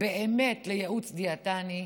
באמת לייעוץ דיאטני,